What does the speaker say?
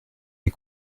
les